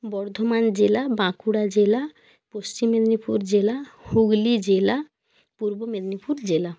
বর্ধমান জেলা বাঁকুড়া জেলা পশ্চিম মেদিনীপুর জেলা হুগলি জেলা পূর্ব মেদিনীপুর জেলা